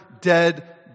dead